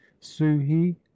suhi